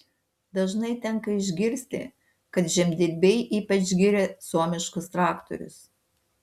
dažnai tenka išgirsti kad žemdirbiai ypač giria suomiškus traktorius